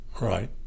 Right